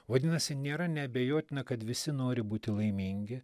vadinasi nėra neabejotina kad visi nori būti laimingi